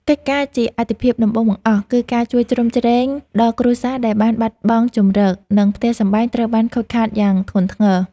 កិច្ចការជាអាទិភាពដំបូងបង្អស់ គឺការជួយជ្រោមជ្រែងដល់គ្រួសារដែលបានបាត់បង់ជម្រក ឬផ្ទះសម្បែងត្រូវបានខូចខាតយ៉ាងធ្ងន់ធ្ងរ។